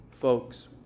folks